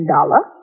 Dollar